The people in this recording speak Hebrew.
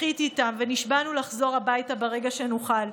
בכיתי איתן, ונשבענו לחזור הביתה ברגע שנוכל.